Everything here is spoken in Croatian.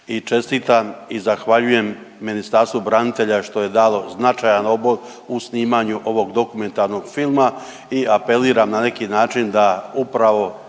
čestitam i zahvaljujem Ministarstvo branitelja što je dalo značajan obol u snimanju ovog dokumentarnog filma i apeliram na neki način da upravo